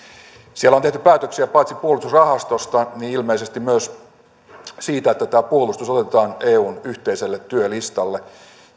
siellä on tehty päätöksiä paitsi puolustusrahastosta ilmeisesti myös siitä että tämä puolustus otetaan eun yhteiselle työlistalle